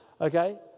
okay